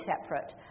separate